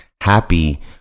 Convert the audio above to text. happy